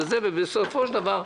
ובסופו של דבר,